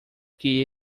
que